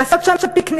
לעשות שם פיקניקים,